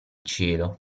cielo